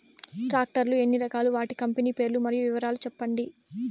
Tractor లు ఎన్ని రకాలు? వాటి కంపెని పేర్లు మరియు వివరాలు సెప్పండి?